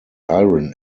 iron